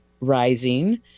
rising